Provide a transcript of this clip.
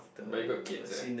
but you got kids eh